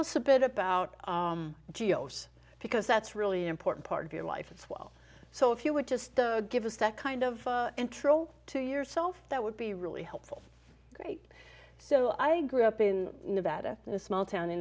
us a bit about geo's because that's really important part of your life it's well so if you would just give us that kind of intro to yourself that would be really helpful great so i grew up in nevada in a small town in